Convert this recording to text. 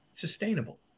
sustainable